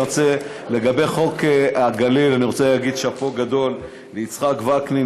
לגבי חוק הגליל אני רוצה להגיד שאפו גדול ליצחק וקנין,